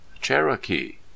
Cherokee